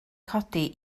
codi